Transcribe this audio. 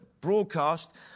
broadcast